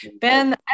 Ben